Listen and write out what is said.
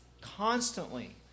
constantly